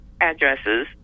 addresses